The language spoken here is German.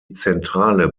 zentrale